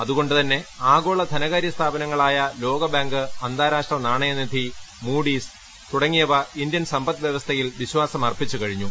അതുകൊണ്ട് തന്നെ ആഗോള ധനകാരൃ സ്ഥാപനങ്ങളായ ലോകബാങ്ക് അന്താരാഷ്ട്ര നാണയനിധി മൂഡീസ് തുടങ്ങിയവ ഇന്ത്യൻ സമ്പദ്വൃവസ്ഥയിൽ വിശ്വാസം അർപ്പിച്ച് കഴിഞ്ഞു